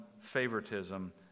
favoritism